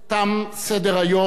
תם סדר-היום.